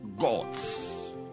gods